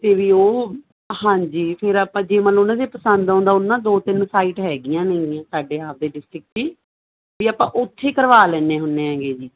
ਹਾਂਜੀ ਫਿਰ ਆਪਾਂ ਜੀਵਨ ਉਹਨਾਂ ਦੀ ਪਸੰਦ ਆਉਂਦਾ ਉਹਨਾਂ ਦੋ ਤਿੰਨ ਸਾਈਟ ਹੈਗੀਆਂ ਨੇ ਸਾਡੇ ਆਪਦੇ ਡਿਸਟਰਿਕਟ ਦੀ ਵੀ ਆਪਾਂ ਉੱਥੇ ਕਰਵਾ ਲੈਦੇ ਹੁੰਦੇ ਹੈਗੇ ਜੀ